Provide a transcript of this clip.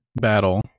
battle